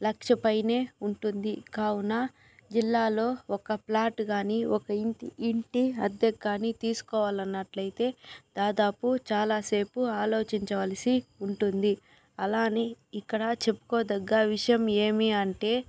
లక్షపైనే ఉంటుంది కావున జిల్లాలో ఒక్క ప్లాటు కానీ ఒక ఇంటి అద్దె కానీ తీసుకోవాలన్నట్లయితే దాదాపు చాలాసేపు ఆలోచించవలసి ఉంటుంది అలా అని ఇక్కడ చెప్పుకోదగ్గ విషయం ఏమీ అంటే